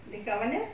dekat mana